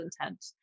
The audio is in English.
intent